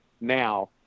now